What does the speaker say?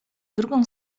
drugą